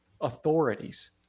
authorities